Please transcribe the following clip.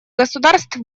государств